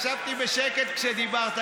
ישבתי בשקט כשדיברת,